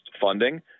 funding